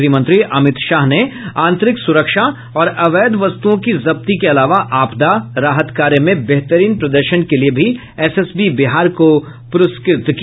गृह मंत्री अमित शाह ने आंतरिक सुरक्षा और अवैध वस्तुओं की जब्ती के अलावा आपदा राहत कार्य में बेहतरीन प्रदर्शन के लिये भी एसएसबी बिहार को पुरस्कृत किया